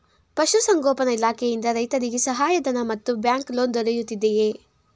ಪಶು ಸಂಗೋಪನಾ ಇಲಾಖೆಯಿಂದ ರೈತರಿಗೆ ಸಹಾಯ ಧನ ಮತ್ತು ಬ್ಯಾಂಕ್ ಲೋನ್ ದೊರೆಯುತ್ತಿದೆಯೇ?